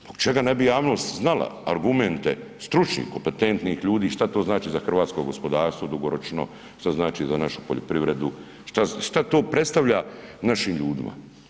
Zbog čega ne bi javnost znala argumente stručnih, kompetentnih ljudi šta to znači za hrvatsko gospodarstvo dugoročno, šta znači za našu poljoprivredu, šta to predstavlja našim ljudima.